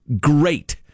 great